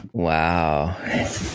Wow